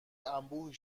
انبوهی